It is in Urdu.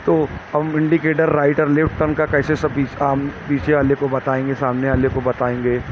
تو ہم انڈیکیٹر رائٹ اور لیفٹ ٹرن کا کیسے سب ہم پیچھے والے کو بتائیں گے سامنے والے کو بتائیں گے